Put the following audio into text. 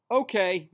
okay